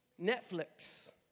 Netflix